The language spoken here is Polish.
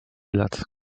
lat